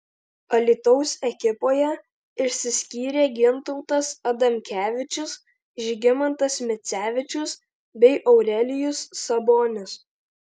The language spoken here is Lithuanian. alytaus ekipoje išsiskyrė gintautas adamkevičius žygimantas micevičius bei aurelijus sabonis